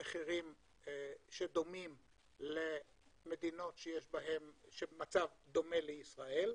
מחירים שדומים למדינות שבמצב דומה לישראל.